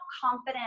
confident